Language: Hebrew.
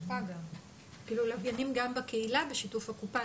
כאילו לוויינים גם בקהילה בשיתוף הקופה.